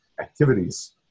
activities